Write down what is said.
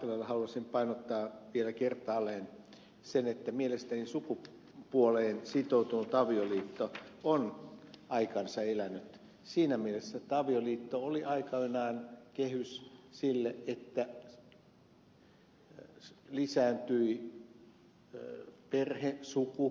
lahtelalle haluaisin painottaa vielä kertaalleen sen että mielestäni sukupuoleen sitoutunut avioliitto on aikansa elänyt siinä mielessä että avioliitto oli aikoinaan kehys sille että perhe ja suku lisääntyi